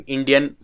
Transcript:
Indian